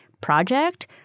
project